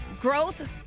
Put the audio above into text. growth